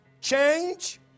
change